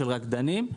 של רקדנים,